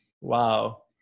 Wow